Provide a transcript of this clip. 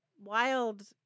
wild